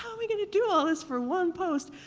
um i gonna do all this for one post?